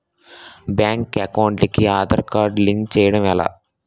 Bank account కి Aadhaar card link చేయడం ఎలా?